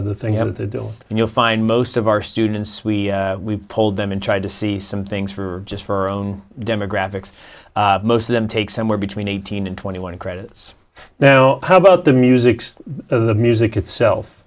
of the things of the deal and you'll find most of our students we we told them and tried to see some things for just for own demographics most of them take somewhere between eighteen and twenty one credits now how about the music's of the music itself